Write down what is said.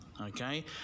okay